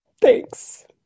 Thanks